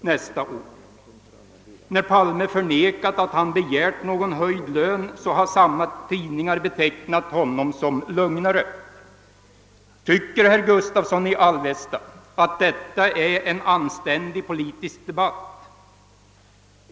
När han har förnekat att han begärt någon höjd lön har dessa tidningar betecknat honom som lögnare. Tycker herr Gustavsson i Alvesta att detta är en anständig politisk debatt?